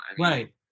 right